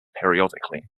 periodically